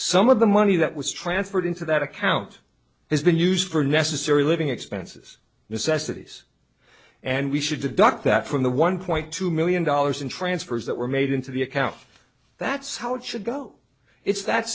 some of the money that was transferred into that account has been used for necessary living expenses necessities and we should deduct that from the one point two million dollars in transfers that were made into the account that's how it should go it's that